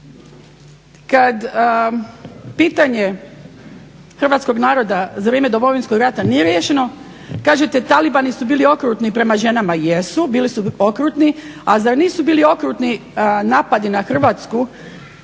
kad pitanje hrvatskog naroda za vrijeme Domovinskog rata nije riješeno kažete talibani su bili okrutni prema ženama. Jesu, bili su okrutni. A zar nisu bili okrutni napadi na Hrvatsku